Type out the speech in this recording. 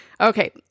Okay